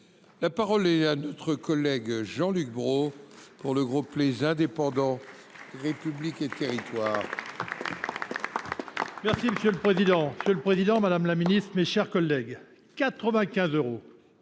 La parole est à M. Jean Luc Brault, pour le groupe Les Indépendants – République et Territoires.